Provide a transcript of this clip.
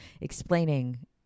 explaining